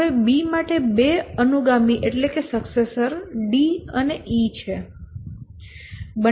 હવે B માટે બે અનુગામી D અને E છે